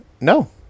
No